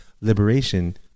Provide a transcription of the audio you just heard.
Liberation